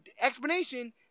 explanation